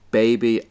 baby